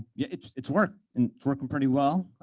yeah it's it's worked, and it's working pretty well.